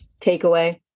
takeaway